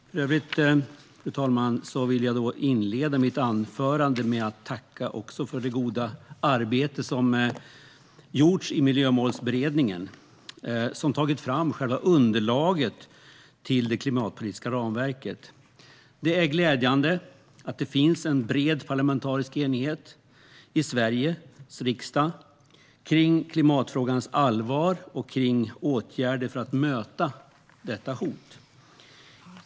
Fru talman! Jag vill inleda mitt anförande med att tacka för det goda arbete som har gjorts i Miljömålsberedningen som har tagit fram själva underlaget till det klimatpolitiska ramverket. Det är glädjande att det finns en bred parlamentarisk enighet i Sveriges riksdag kring klimatfrågans allvar och kring åtgärder för att möta detta hot.